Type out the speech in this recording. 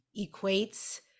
equates